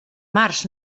març